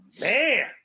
man